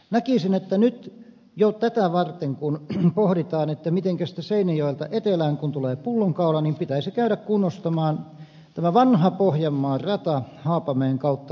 näkisin että nyt jo tätä varten kun pohditaan mitenkä sitten seinäjoelta etelään kun tulee pullonkaula pitäisi käydä kunnostamaan tämä vanha pohjanmaan rata haapamäen kautta liikenteelle